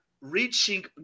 reaching